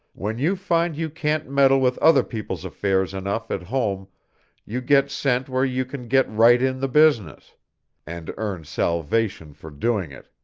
when you find you can't meddle with other people's affairs enough at home you get sent where you can get right in the business and earn salvation for doing it.